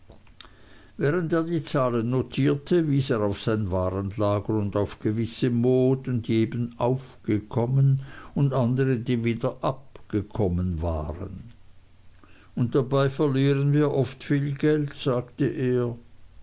während er die zahlen notierte wies er auf sein warenlager und auf gewisse moden die eben aufgekommen und andere die wieder abgekommen waren und dabei verlieren wir oft viel geld sagte er